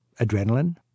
adrenaline